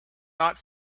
not